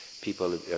people